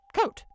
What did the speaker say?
coat